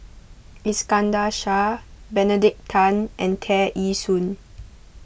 Iskandar Shah Benedict Tan and Tear Ee Soon